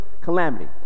calamity